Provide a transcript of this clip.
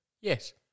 Yes